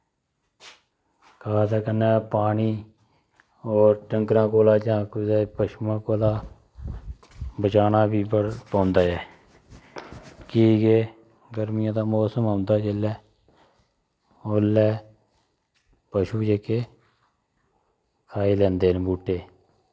खाद दे कन्नै पानी और डंगरें कोला जां कुदै पशुऐं कोला बचाना वी पौंदा ऐ कि के गरमियें दा मौसम औंदा जेल्लै ओल्लै पशु जेह्के खाई लैंदे न बूह्टे